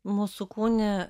mūsų kūne